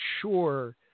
sure